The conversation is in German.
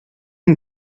ihm